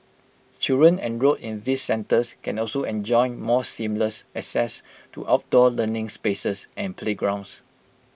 children enrolled in these centres can also enjoy more seamless access to outdoor learning spaces and playgrounds